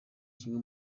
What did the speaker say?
kimwe